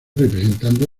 representando